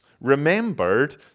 remembered